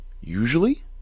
Usually